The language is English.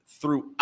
throughout